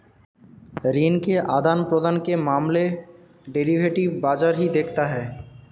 ऋण के आदान प्रदान के मामले डेरिवेटिव बाजार ही देखता है